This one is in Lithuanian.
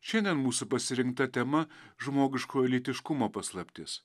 šiandien mūsų pasirinkta tema žmogiškojo lytiškumo paslaptis